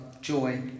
joy